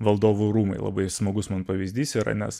valdovų rūmai labai smagus man pavyzdys yra nes